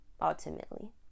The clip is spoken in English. ultimately